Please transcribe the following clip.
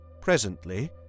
Presently